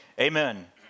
Amen